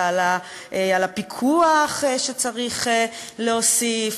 ועל הפיקוח שצריך להוסיף,